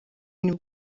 nibwo